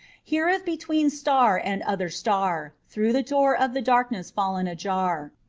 heareth between star and other star, through the door of the darkness fallen ajar,